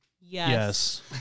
Yes